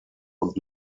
und